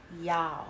y'all